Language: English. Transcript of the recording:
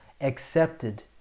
accepted